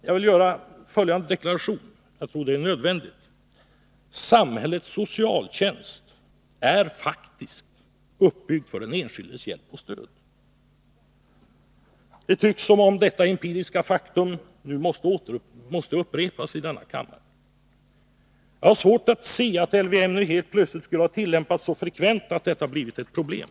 Jag vill göra följande deklaration — jag tror det är nödvändigt: Samhällets socialtjänst är faktiskt uppbyggd för den enskildes hjälp och stöd. Det tycks som om detta empiriska faktum nu måste upprepas i denna kammare. Jag har svårt att se att LVM nu helt plötsligt skulle ha tillämpats så frekvent att detta blivit ett problem.